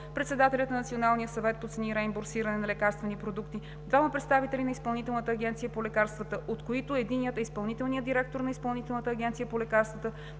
председателят на Националния съвет по цени и реимбурсиране на лекарствени продукти, двама представители на Изпълнителната агенция по лекарствата, от които единият е изпълнителният директор на Изпълнителната агенция по лекарствата,